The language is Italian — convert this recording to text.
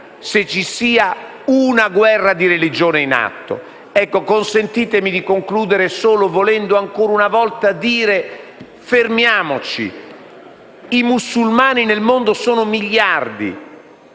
se ci sia una guerra di religione in atto. Consentitemi di concludere solo volendo ancora una volta dire: fermiamoci. I musulmani nel mondo sono miliardi,